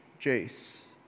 Jace